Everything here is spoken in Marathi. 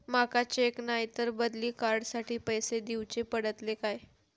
माका चेक नाय तर बदली कार्ड साठी पैसे दीवचे पडतले काय?